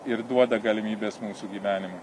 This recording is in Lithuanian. ir duoda galimybes mūsų gyvenime